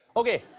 okay,